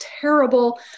terrible